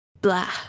blah